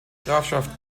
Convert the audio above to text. grafschaft